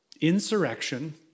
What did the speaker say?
Insurrection